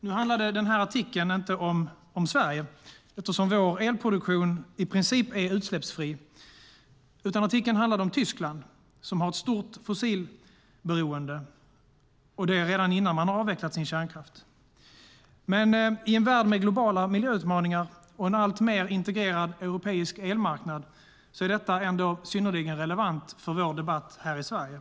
Nu handlade artikeln inte om Sverige, eftersom vår elproduktion i princip är utsläppsfri. Artikeln handlade om Tyskland, som har ett stort fossilberoende - och det redan innan man har avvecklat sin kärnkraft. I en värld med globala miljöutmaningar och en alltmer integrerad europeisk elmarknad är detta ändå synnerligen relevant för vår debatt här i Sverige.